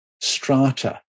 strata